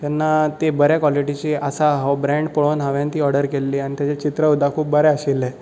तेन्ना ती बरे कॉलिटिची आसा हो ब्रेण्ड पळोेवन हांवेन ती ऑर्डर केल्ली आनी ताचें चित्र सुद्दां खूब बरें आशिल्लें